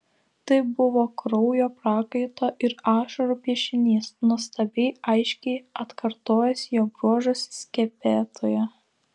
tai buvo kraujo prakaito ir ašarų piešinys nuostabiai aiškiai atkartojęs jo bruožus skepetoje